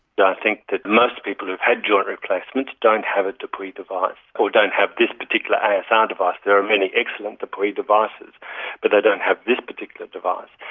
think that most people who've had joint replacements don't have a depuy device or don't have this particular asr device. there are many excellent depuy devices but they don't have this particular device.